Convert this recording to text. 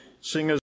Singer's